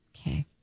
Okay